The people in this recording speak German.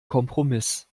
kompromiss